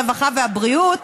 הרווחה והבריאות,